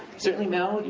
certainly now,